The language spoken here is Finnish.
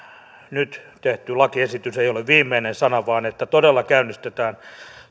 nyt tehty lakiesitys ei ole viimeinen sana vaan todella käynnistetään